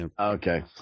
Okay